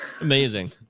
Amazing